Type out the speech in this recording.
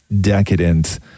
decadent